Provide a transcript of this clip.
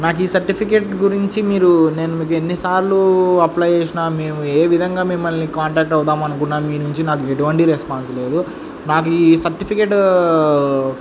నాకు ఈ సర్టిఫికెట్ గురించి మీరు నేను మీకు ఎన్నిసార్లు అప్లై చేసినా మేము ఏ విధంగా మిమల్ని కాంటాక్ట్ అవుదాము అనుకున్నా మీ నుంచి నాకు ఎటువంటి రెస్పాన్స్ లేదు నాకు ఈ సర్టిఫికెట్